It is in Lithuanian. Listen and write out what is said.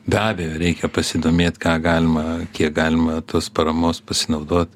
be abejo reikia pasidomėt ką galima kiek galima tos paramos pasinaudot